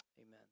amen